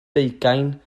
deugain